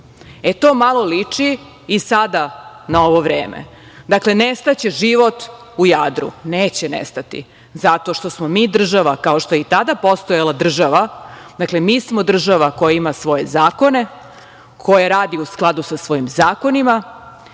E to malo liči i sada na ovo vreme. Dakle, nestaće život u Jadru? Neće nestati zato što smo mi država, kao što je i tada postojala država, koja ima svoje zakone, koja radi u skladu sa svojim zakonima,